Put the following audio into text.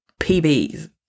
PBs